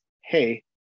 hey